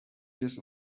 just